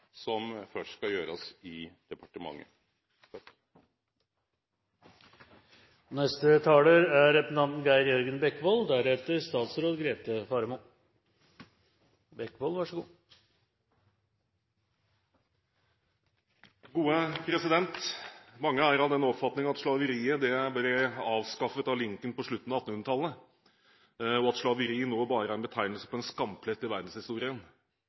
som skal gjerast i departementet. Mange er av den oppfatning at slaveriet ble avskaffet av Lincoln på slutten av 1800-tallet, og at slaveri nå bare er en betegnelse på en skamplett i verdenshistorien.